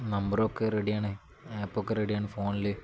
നമ്പറൊക്കെ റെഡി ആണ് ആപ്പ് ഒക്കെ റെഡി ആണ് ഫോണിൽ